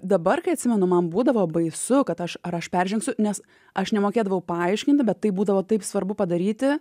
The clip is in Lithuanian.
dabar kai atsimenu man būdavo baisu kad aš ar aš peržengsiu nes aš nemokėdavau paaiškinti bet tai būdavo taip svarbu padaryti